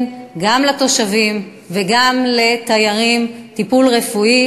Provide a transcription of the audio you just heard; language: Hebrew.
גם לתושבים וגם לתיירים טיפול רפואי,